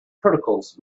protocols